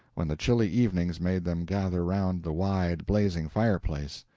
when the chilly evenings made them gather around the wide, blazing fireplace.